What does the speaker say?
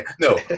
No